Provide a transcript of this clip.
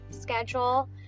schedule